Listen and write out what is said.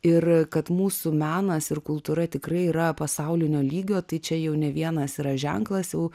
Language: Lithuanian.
ir kad mūsų menas ir kultūra tikrai yra pasaulinio lygio tai čia jau ne vienas yra ženklas jau